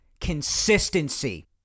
consistency